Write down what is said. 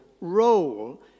role